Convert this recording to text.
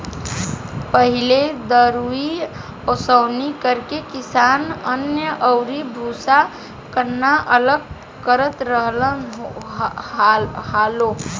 पहिले दउरी ओसौनि करके किसान अन्न अउरी भूसा, कन्न अलग करत रहल हालो